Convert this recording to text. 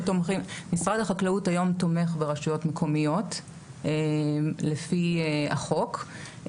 משרד החקלאות היום תומך ברשויות מקומיות לפי החוק,